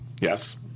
Yes